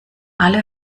alle